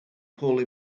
poorly